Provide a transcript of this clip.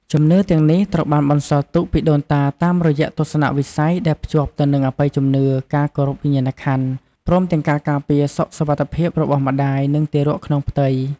ជំនឿទាំងនេះត្រូវបានបន្សល់ទុកពីដូនតាតាមរយៈទស្សនៈវិស័យដែលភ្ជាប់ទៅនឹងអបិយជំនឿ ការគោរពវិញ្ញាណក្ខន្ធ ព្រមទាំងការការពារសុខសុវត្ថិភាពរបស់ម្តាយ និងទារកក្នុងផ្ទៃ។